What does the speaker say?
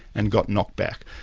and got knocked back.